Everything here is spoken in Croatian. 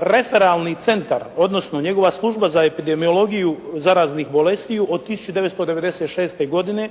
referalni centar odnosno njegova Služba za epidemiologiju zaraznih bolestiju od 1996. godine